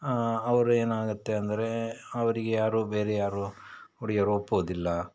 ಅವರೇನಾಗತ್ತೆ ಅಂದರೆ ಅವ್ರಿಗೆ ಯಾರೂ ಬೇರೆ ಯಾರೂ ಹುಡ್ಗಿಯರು ಒಪ್ಪೋದಿಲ್ಲ